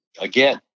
again